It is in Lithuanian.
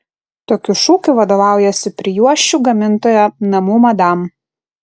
tokiu šūkiu vadovaujasi prijuosčių gamintoja namų madam